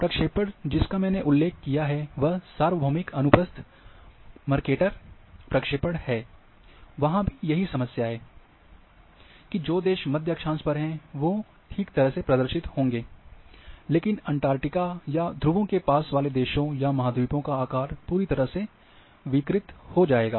प्रक्षेपण जिसका मैंने उल्लेख किया है वह सार्वभौमिक अनुप्रस्थ मर्केटर प्रक्षेपण है वहां भी यही समस्या है कि जो देश मध्य अक्षांश पर हैं वो ठीक तरह से प्रदर्शित होंगे लेकिन अंटार्कटिका या ध्रुवों के पास वाले देशों या महाद्वीपों का आकार पूरी तरह से विकृत हो जाएगा